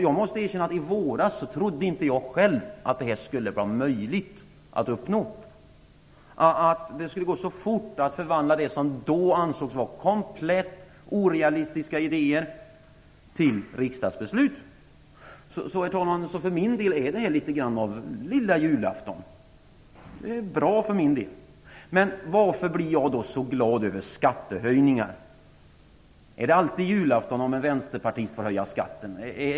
Jag måste erkänna att jag i våras själv inte trodde att detta skulle vara möjligt att uppnå, att det skulle gå så snabbt att förvandla det som då ansågs vara komplett orealistiska idéer till riksdagsbeslut. Herr talman! För min del är detta något av lilla julafton. Men varför blir jag då så glad över skattehöjningar? Är det alltid julafton om en vänsterpartist får höja skatten?